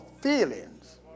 feelings